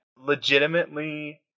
Legitimately